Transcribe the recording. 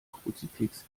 kruzifix